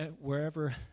wherever